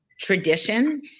tradition